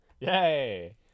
Yay